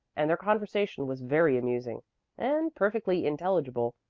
and their conversation was very amusing and perfectly intelligible,